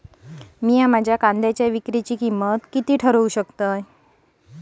मी माझ्या कांद्यांच्या विक्रीची किंमत किती ठरवू शकतो?